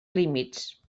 límits